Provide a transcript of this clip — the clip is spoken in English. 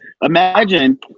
Imagine